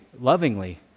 lovingly